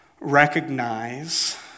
recognize